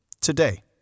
today